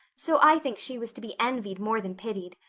so i think she was to be envied more than pitied.